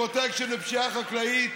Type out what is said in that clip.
פרוטקשן ופשיעה חקלאית,